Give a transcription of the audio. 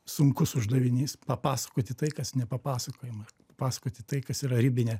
sunkus uždavinys papasakoti tai kas nepapasakojama pasakoti tai kas yra ribinė